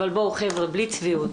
אבל, חבר'ה, בלי צביעות